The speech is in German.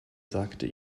sagte